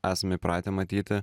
esam įpratę matyti